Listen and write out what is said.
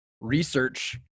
research